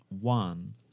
One